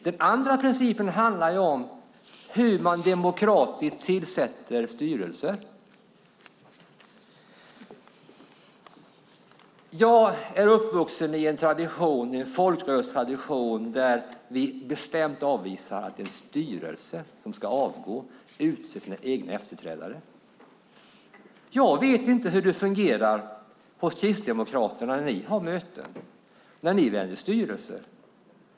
Den andra principen handlar om hur man demokratiskt tillsätter styrelser. Jag är uppvuxen i en folkrörelsetradition där vi bestämt avvisar att en avgående styrelse själv utser sina efterträdare. Jag vet inte hur det fungerar hos er kristdemokrater när ni har möten och väljer styrelser.